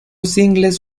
singles